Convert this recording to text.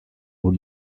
aux